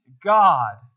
God